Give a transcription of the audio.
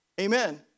Amen